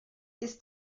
ist